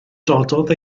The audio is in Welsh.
dododd